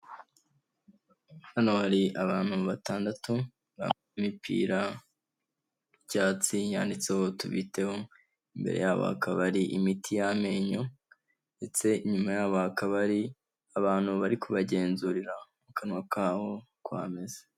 Hano hari abantu batandatu b'imipira y'icyatsi yanditseho tubiteho, imbere yabo hakaba hari imiti y'amenyo ndetse inyuma yabo hakaba hari abantu bari kubagenzurira mu kanwa kabo uko hameze.